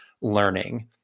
learning